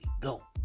go